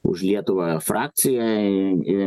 už lietuvą frakciją į